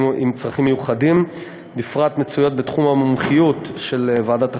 עם צרכים מיוחדים בפרט מצויות בתחום המומחיות של ועדת החינוך,